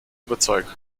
überzeugen